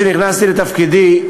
כשנכנסתי לתפקידי,